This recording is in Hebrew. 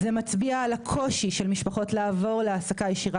זה מצביע על הקושי של משפחות לעבור להעסקה ישירה,